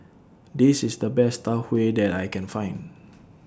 This IS The Best Tau Huay that I Can Find